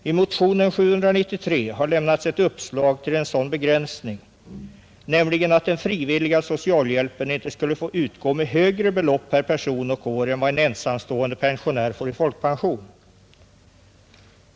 I motionen 793 har lämnats ett uppslag till en sådan begränsning, nämligen att den frivilliga socialhjälpen inte skulle få utgå med högre belopp per person och år än en ensamstående pensionär får i folkpension.